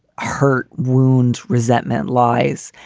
hurt wounds. resentment lies.